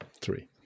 Three